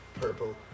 purple